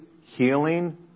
healing